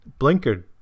blinkered